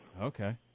Okay